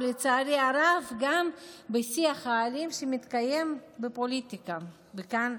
ולצערי הרב גם בשיח האלים שמתקיים בפוליטיקה וכאן,